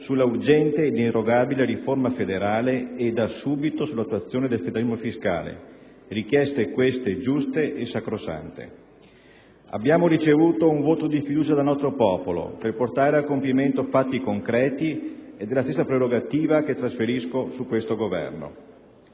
sull'urgente e inderogabile riforma federale e sull'attuazione del federalismo fiscale. Richieste giuste e sacrosante. Abbiamo ricevuto un voto di fiducia dal nostro popolo per portare a compimento fatti concreti ed è la stessa prerogativa che trasferisco su questo Governo.